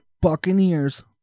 Buccaneers